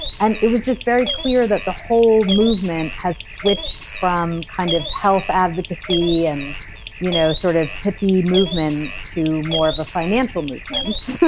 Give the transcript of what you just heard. and it was just very clear that the whole movement has switched from kind of health advocacy and you know sort of hippie movement to more of a financial movement.